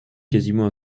quasiment